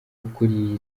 ukuriye